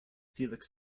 felix